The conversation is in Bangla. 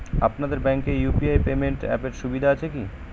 আপনাদের ব্যাঙ্কে ইউ.পি.আই পেমেন্ট অ্যাপের সুবিধা আছে কি?